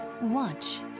Watch